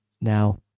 now